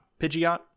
Pidgeot